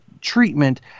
treatment